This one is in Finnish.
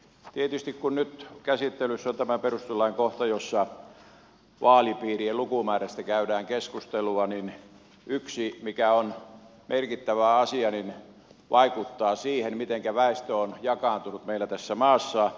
tietysti kun nyt käsittelyssä on tämä perustuslain kohta jossa vaalipiirien lukumäärästä käydään keskustelua niin yksi asia mikä on merkittävä asia vaikuttaa siihen mitenkä väestö on jakaantunut meillä tässä maassa